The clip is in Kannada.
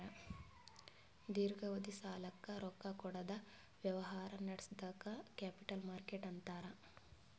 ದೀರ್ಘಾವಧಿ ಸಾಲಕ್ಕ್ ರೊಕ್ಕಾ ಕೊಡದ್ ವ್ಯವಹಾರ್ ನಡ್ಸದಕ್ಕ್ ಕ್ಯಾಪಿಟಲ್ ಮಾರ್ಕೆಟ್ ಅಂತಾರ್